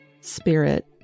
spirit